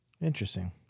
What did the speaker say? Interesting